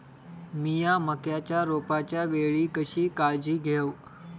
मीया मक्याच्या रोपाच्या वेळी कशी काळजी घेव?